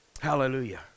Hallelujah